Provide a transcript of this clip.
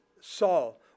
Saul